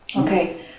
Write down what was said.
Okay